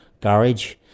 Garage